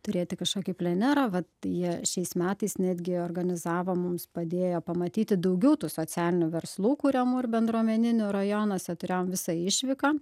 turėti kažkokį plenerą vat jie šiais metais netgi organizavo mums padėjo pamatyti daugiau tų socialinių verslų kuriamų ir bendruomeninių rajonuose turėjom visą išvyką